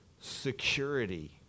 security